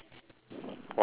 why not